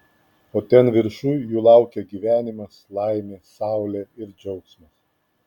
o ten viršuj jų laukia gyvenimas laimė saulė ir džiaugsmas